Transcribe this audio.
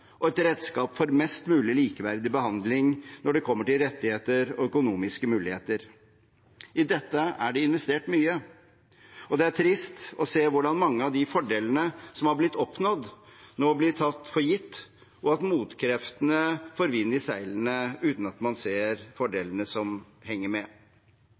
og et redskap for mest mulig likeverdig behandling når det kommer til rettigheter og økonomiske muligheter. I dette er det investert mye. Og det er trist å se hvordan mange av de fordelene som har blitt oppnådd, nå blir tatt for gitt, og at motkreftene får vind i seilene uten at man ser fordelene som henger med.